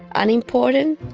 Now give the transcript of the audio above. unimportant?